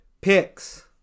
picks